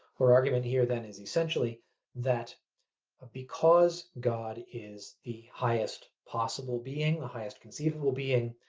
her argument here then is essentially that ah because god is the highest possible being, the highest conceivable being,